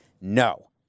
No